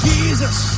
Jesus